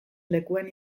lekuen